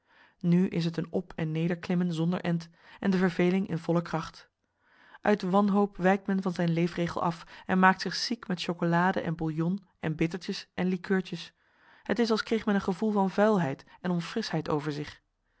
nu is het een op en nederklimmen zonder end en de verveling in volle kracht uit wanhoop wijkt men van zijn leefregel af en maakt zich ziek met chocolade en bouillon en bittertjes en likeurtjes het is als kreeg men een gevoel van vuilheid en onfrischheid over zich